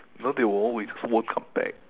no they won't we just won't come back